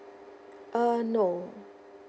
uh no